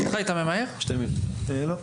תודה.